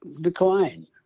decline